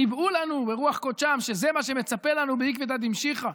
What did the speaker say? ניבאו לנו ברוח קודשם שזה מה שמצפה לנו בעקבתא דמשיחא.